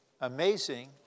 amazing